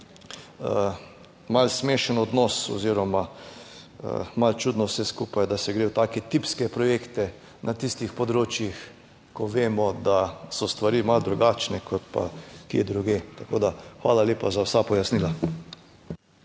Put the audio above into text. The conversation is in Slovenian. malo smešen odnos oziroma malo čudno vse skupaj, da se gre v take tipske projekte na tistih področjih, ko vemo, da so stvari malo drugačne kot pa kje drugje. Tako, da hvala lepa za vsa pojasnila.